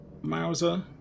Mauser